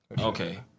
Okay